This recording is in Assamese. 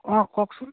অঁ কওকচোন